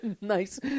nice